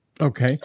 Okay